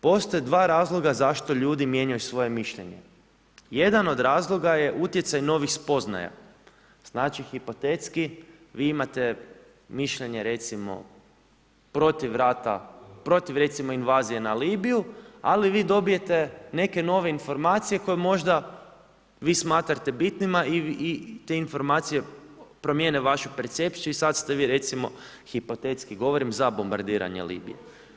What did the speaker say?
Postoji dva razloga zašto ljudi mijenjaju svoje mišljenje, jedan od razloga je utjecaj novih spoznaja, znači hipotetski, vi imate mišljenje, recimo protiv rata, protiv recimo invazije na Libiju, ali vi dobijete neke nove informacije, koje možda vi smatrate bitnima i te informacije promijene vašu percepciju i sada ste vi recimo, hipotetski govorim za bombadirenja Libije.